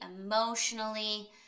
emotionally